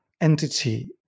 entity